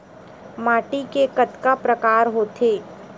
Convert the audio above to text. माटी के कतका प्रकार होथे?